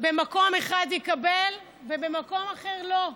במקום אחד יקבל ובמקום אחר לא.